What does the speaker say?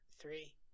three